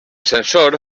sensor